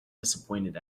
disappointed